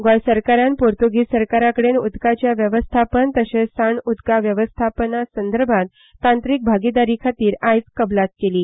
गोंय सरकारन पोर्त्गीज सरकाराकडेन उदकाचे वेवस्थापन तशेंच सांद उदका वेवस्थापना संदर्भात तांत्रिक भागीदारीखातीर आयज कबलात केली